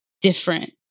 different